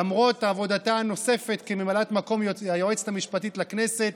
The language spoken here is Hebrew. למרות עבודתה הנוספת כממלאת מקום היועץ המשפטי לכנסת.